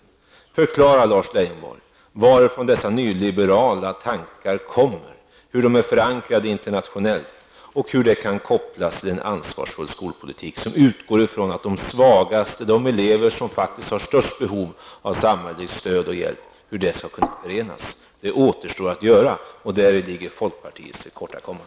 Men förklara då, Lars Leijonborg, varifrån dessa nyliberala tankar kommer, hur de är förankrade internationellt och hur de kan kopplas till en ansvarsfull skolpolitik, som utgår från de elever som faktiskt har det största behovet av samhällets stöd och hjälp! Hur skall dessa saker förenas? Det återstår att göra, och däri ligger folkpartiets tillkortakommande.